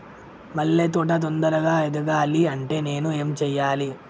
మల్లె తోట తొందరగా ఎదగాలి అంటే నేను ఏం చేయాలి?